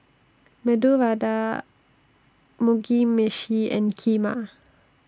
Medu Vada Mugi Meshi and Kheema